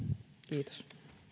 kiitos